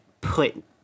put